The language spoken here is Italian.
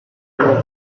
non